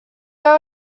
there